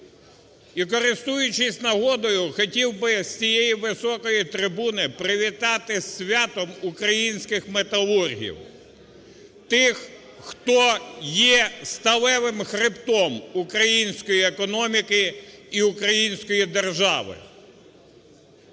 І, користуючись нагодою, хотів би з цієї високої трибуни привітати зі святом українських металургів, тих, хто є сталевим хребтом української економіки і української держави.